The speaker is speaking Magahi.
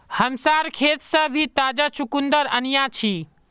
हमसार खेत से मी ताजा चुकंदर अन्याछि